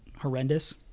horrendous